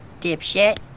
Dipshit